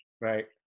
Right